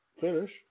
finish